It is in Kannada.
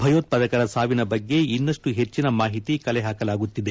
ಭಯೋತ್ಲಾದಕರ ಸಾವಿನ ಬಗ್ಗೆ ಇನ್ನಷ್ಟು ಹೆಚ್ಚಿನ ಮಾಹಿತಿ ಕಲೆಹಾಕಲಾಗುತ್ತಿದೆ